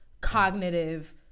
cognitive